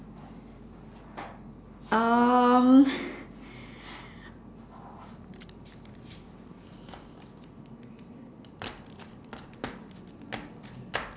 um